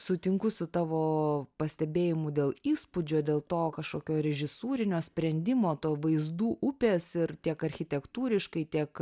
sutinku su tavo pastebėjimu dėl įspūdžio dėl to kažkokio režisūrinio sprendimo to vaizdų upės ir tiek architektūriškai tiek